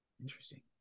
Interesting